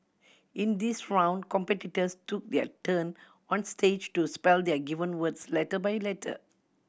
in this round competitors took their turn on stage to spell their given words letter by letter